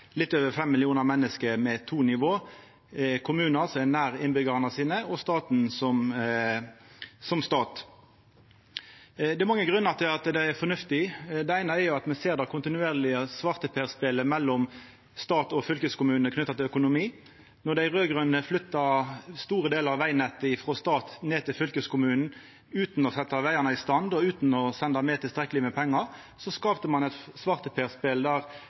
litt over fem millionar menneske med to nivå: kommunane, som er nær innbyggjarane sine, og staten – som stat. Det er mange grunnar til at det er fornuftig. Den eine er at me ser det kontinuerlege svarteperspelet mellom stat og fylkeskommune knytt til økonomi. Då dei raud-grøne flytta store delar av vegnettet frå staten og ned til fylkeskommunane utan å setja vegane i stand og utan å senda med tilstrekkeleg med pengar, skapte dei eit svarteperspel der